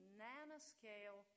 nanoscale